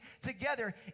together